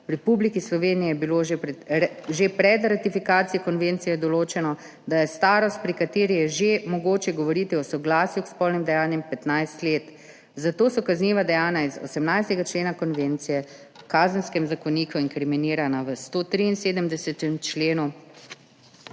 V Republiki Sloveniji je bilo že pred ratifikacijo konvencije določeno, da je starost, pri kateri je že mogoče govoriti o soglasju k spolnim dejanjem, 15 let, zato so kazniva dejanja iz 18. člena konvencije v Kazenskem zakoniku inkriminirana v 173. členu,